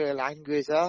language